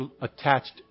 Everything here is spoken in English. attached